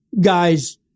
guys